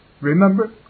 Remember